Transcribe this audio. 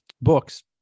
books